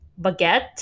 baguette